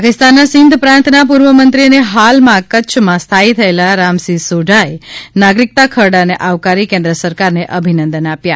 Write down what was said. પાકિસ્તાનના સિંધ પ્રાંતના પૂર્વમંત્રી અને હાલમાં કચ્છમાં સ્થાથી થયેલા રામસિંહ સોઢાએ નાગરિકતા ખરડાને આવકારી કેન્દ્ર સરકારને અભિનંદન આપ્યા